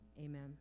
Amen